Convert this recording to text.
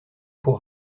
pour